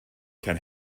can